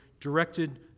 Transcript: directed